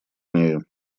нею